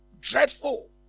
dreadful